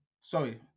Sorry